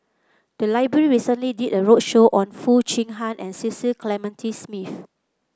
the library recently did a roadshow on Foo Chee Han and Cecil Clementi Smith